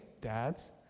dads